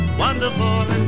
wonderful